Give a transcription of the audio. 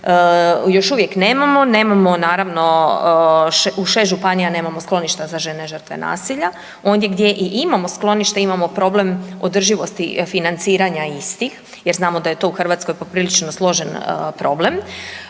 još uvijek nemamo, nemamo naravno, u 6 županija nemamo skloništa za žene žrtve nasilja. Ondje gdje i imamo sklonište imamo problem održivosti financiranja istih jer znamo da je to u Hrvatskoj poprilično složen problem.